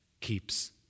keeps